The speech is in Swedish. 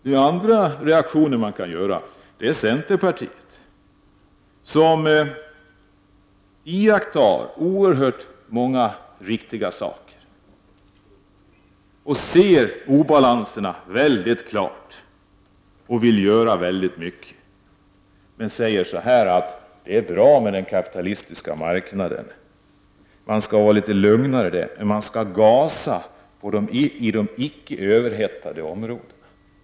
Centerpartiets företrädare gör oerhört många riktiga iakttagelser. De ser obalanserna väldigt klart, men säger att det är bra med den kapitalistiska marknaden. Man skall vara litet lugnare. Man skall gasa i de icke överhettade områdena.